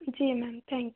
ji ma'am thank you